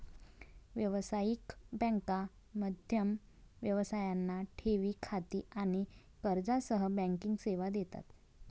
व्यावसायिक बँका मध्यम व्यवसायांना ठेवी खाती आणि कर्जासह बँकिंग सेवा देतात